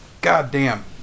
goddamn